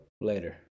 later